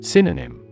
Synonym